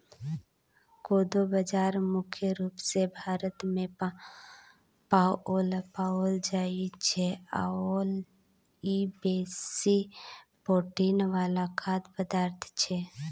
कोदो बाजरा मुख्य रूप सँ भारतमे पाओल जाइत छै आओर ई बेसी प्रोटीन वला खाद्य पदार्थ छै